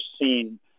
seen